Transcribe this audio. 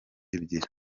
ebyiri